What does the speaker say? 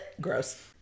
gross